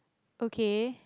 okay